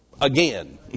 again